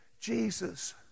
Jesus